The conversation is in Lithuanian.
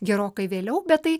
gerokai vėliau bet tai